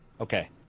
Okay